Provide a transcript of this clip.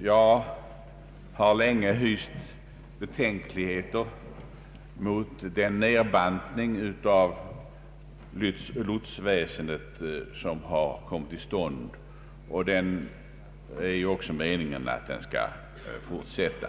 Jag har länge hyst betänkligheter mot den nedbantning av lotsväsendet som har kommit till stånd och som nu också skall fortsätta.